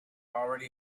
already